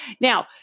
Now